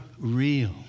real